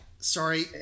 Sorry